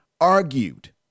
argued